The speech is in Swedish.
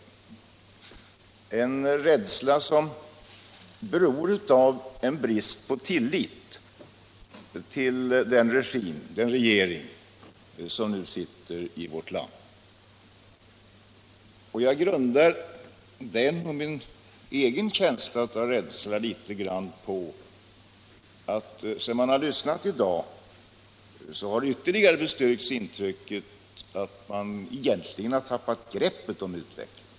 Det är en rädsla som beror på bristande tillit till den regering som vi nu har i vårt land. Den här rädslan liksom min egen grundas litet grand på att man, efter att ha hört på debatten i dag, fått ett ännu starkare intryck av att regeringen tappat greppet om utvecklingen.